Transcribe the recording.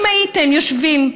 אם הייתם יושבים,